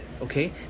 okay